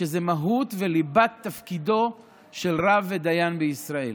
שזה מהות וליבת תפקידו של רב ודיין בישראל.